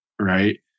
right